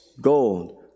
gold